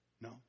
No